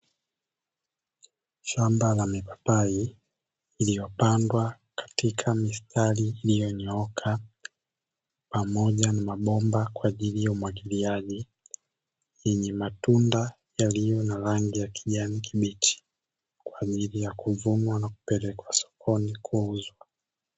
Shamba la mipapai iliyopandwa katika mistari iliyonyooka pamoja na mabomba kwaajili ya umwagiliaji, yenye matunda yaliyo na rangi ya kijani kibichi kwaajili ya kuvunwa na kupelekwa sokoni kuuzwa.